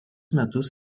metus